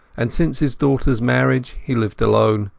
and since his daughteras marriage he lived alone.